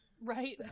right